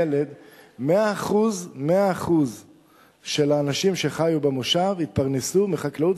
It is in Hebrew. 100% האנשים שחיו במושב התפרנסו מחקלאות,